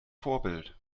vorbild